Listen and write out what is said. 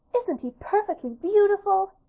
isn't he perfectly beautiful?